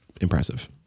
impressive